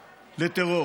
לטרור.